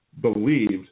believed